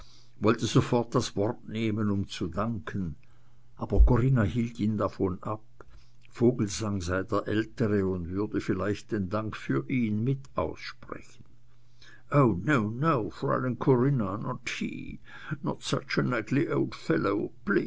wollte sofort das wort nehmen um zu danken aber corinna hielt ihn ab vogelsang sei der ältere und würde vielleicht den dank für ihn mit aussprechen